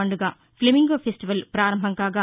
పండుగ flamingo festival పారంభంకాగా